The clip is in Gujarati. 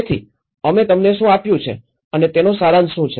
તેથી અમે તમને શું આપ્યું છે અને તેનો સારાંશ શું છે